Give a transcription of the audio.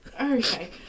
Okay